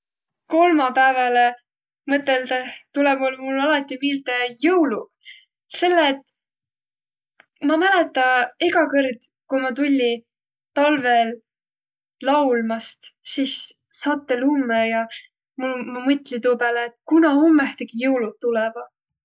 Kolmapääväle mõtõldõh tulõvaq mul alati miilde jõuluq, selle et ma mäletä, ega kõrd, ku ma tulli talvõl laulmast, sis sattõ lummõ ja ma mõtli tuu pääle, et kuna ummõhtõgi jõuluq tulõvaq.